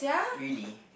really